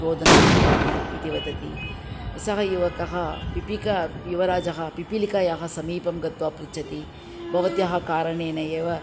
रोदनं कृतवती इति वदति सः युवकः पिपीलिका युवराजः पिपीलिकायाः समीपं गत्वा पृच्छति भवत्याः कारणेन एव